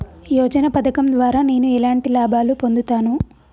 యోజన పథకం ద్వారా నేను ఎలాంటి లాభాలు పొందుతాను?